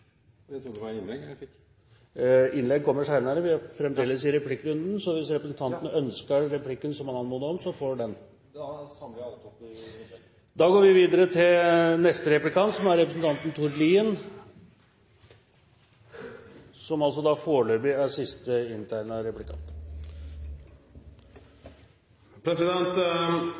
Jeg trodde det var innlegg jeg fikk. Innlegg kommer senere. Vi er fremdeles i replikkrunden. Hvis representanten ønsker replikken som han har anmodet om, så får han den. Da venter jeg. Da går vi videre til neste replikant, representanten Tord Lien, som foreløpig er siste inntegnede replikant.